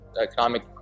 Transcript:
economic